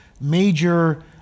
major